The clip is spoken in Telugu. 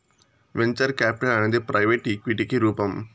వెంచర్ కాపిటల్ అనేది ప్రైవెట్ ఈక్విటికి రూపం